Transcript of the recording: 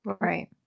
Right